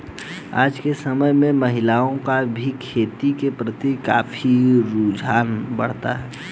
आज के समय में महिलाओं का भी खेती के प्रति काफी रुझान बढ़ा है